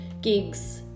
gigs